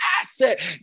asset